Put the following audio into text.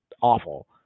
awful